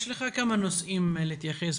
יש לך כמה נושאים להתייחס,